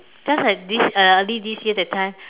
just like this uh early this year that time